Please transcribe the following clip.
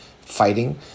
fighting